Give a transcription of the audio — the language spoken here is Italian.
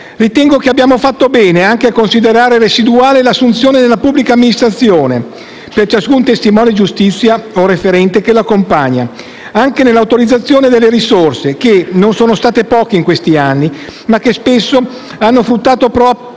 Ritengo che abbiamo fatto bene anche a considerare residuale l'assunzione nella pubblica amministrazione, per ciascun testimone di giustizia o referente che lo accompagna, anche nell'autorizzazione delle risorse, che non sono state poche in questi anni, ma che spesso non hanno fruttato, proprio